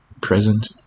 present